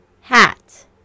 Hat